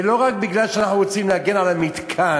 ולא רק כי אנחנו רוצים להגן על המתקן,